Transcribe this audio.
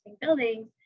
buildings